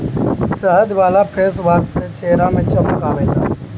शहद वाला फेसवाश से चेहरा में चमक आवेला